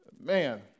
man